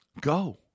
Go